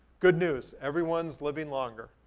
good news, everyone's living longer.